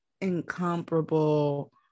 incomparable